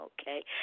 okay